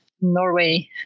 Norway